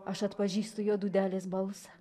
aš atpažįstu jo dūdelės balsą